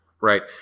Right